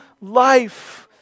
life